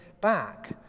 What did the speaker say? back